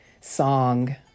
song